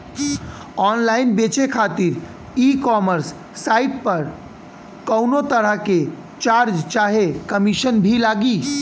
Online बेचे खातिर e commerce site पर कौनोतरह के चार्ज चाहे कमीशन भी लागी?